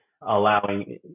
allowing